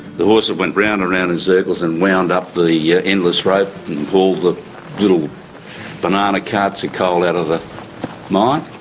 the horses went round and round in circles and wound up the the yeah endless rope and pulled the little banana carts of coal out of the mine.